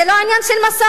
זה לא עניין של מסורת.